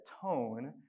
tone